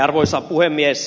arvoisa puhemies